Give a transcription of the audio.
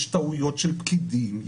יש טעויות של פקידים,